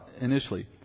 initially